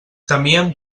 temien